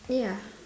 yeah